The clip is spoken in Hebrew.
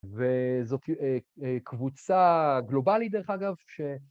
וזאת קבוצה גלובלית, דרך אגב, ש...